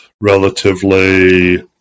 relatively